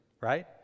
Right